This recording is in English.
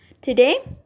Today